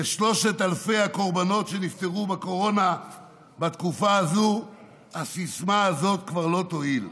ל-3,000 הקורבנות שנפטרו מקורונה בתקופה הזו הסיסמה הזו כבר לא תועיל.